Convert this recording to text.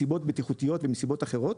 מסיבות בטיחותיות ומסיבות אחרות.